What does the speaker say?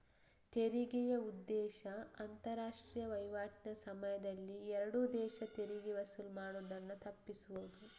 ತೆರಿಗೆಯ ಉದ್ದೇಶ ಅಂತಾರಾಷ್ಟ್ರೀಯ ವೈವಾಟಿನ ಸಮಯದಲ್ಲಿ ಎರಡು ದೇಶ ತೆರಿಗೆ ವಸೂಲು ಮಾಡುದನ್ನ ತಪ್ಪಿಸುದು